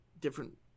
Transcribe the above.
different